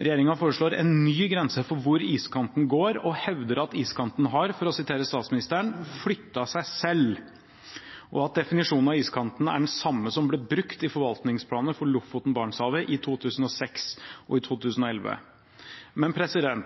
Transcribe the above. Regjeringen foreslår en ny grense for hvor iskanten går, og hevder at iskanten har flyttet seg selv, for å sitere statsministeren, og at definisjonen av iskanten er den samme som ble brukt i forvaltningsplanene for Barentshavet–Lofoten i 2006 og i 2011. Men